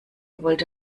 wollte